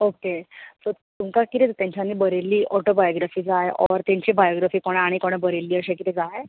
okay so तुमकां कितें जाय तांच्यानी बरयल्ली ओटोबायोग्राफी जाय ओर तांची बायोग्राफी ओनी कोणे बरयल्ली अशें कितें जाय